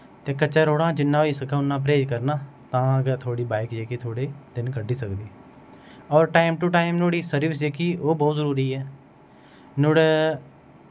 ते कच्चै रोड़ा शा जिन्ना होई सक्कै उन्ना परहेज़ करना तां गै थोआड़ी बाईक जेह्की थोह्ड़े दिन क'ड्डी सकदी और टाईम टू टाईम नोह्ड़ी सर्विस जेह्की ओह् बहुत जरूरी ऐ नोह्ड़ै